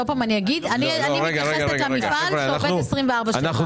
ואני אגיד שוב שאני מתייחסת למפעל שעובד 24/7. חברים,